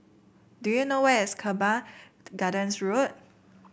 do you know where is Teban Gardens Road